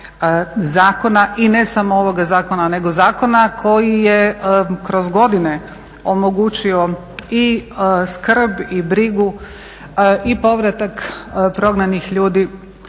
zakona i ne samo ovoga zakona nego zakona koji je kroz godine omogućio i skrb i brigu i povratak prognanih ljudi